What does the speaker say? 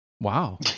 Wow